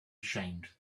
ashamed